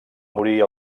morir